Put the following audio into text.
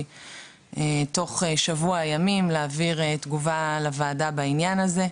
שתוך שבוע ימים תעבירו תגובה לוועדה בעניין הזה.